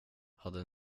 hade